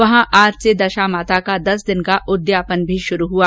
वहां आज से दशा माता का दस दिन का उदयापन भी शुरू हुआ